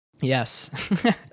Yes